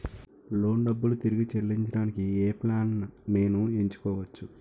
Loan డబ్బులు తిరిగి చెల్లించటానికి ఏ ప్లాన్ నేను ఎంచుకోవచ్చు?